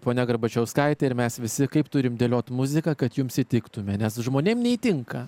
ponia garbačiauskaitė ir mes visi kaip turim dėliot muziką kad jums įtiktume nes žmonėm neįtinka